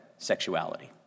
sexuality